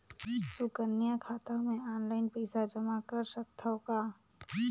सुकन्या खाता मे ऑनलाइन पईसा जमा कर सकथव का?